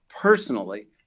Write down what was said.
personally